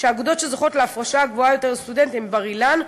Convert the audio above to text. האגודות שזוכות להפרשה גבוהה יותר לסטודנטים הן בר-אילן,